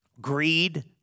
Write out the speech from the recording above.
greed